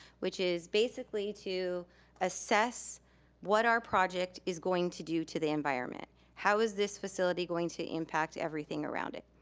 which is basically to assess what our project is going to do to the environment. how is this facility going to impact everything around it?